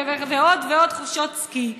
ועוד ועוד חופשות סקי.